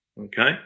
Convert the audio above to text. okay